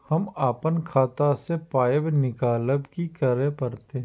हम आपन खाता स पाय निकालब की करे परतै?